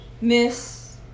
miss